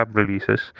releases